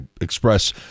express